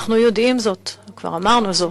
אנחנו יודעים זאת, כבר אמרנו זאת,